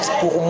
pour